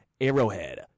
Arrowhead